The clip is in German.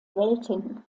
welten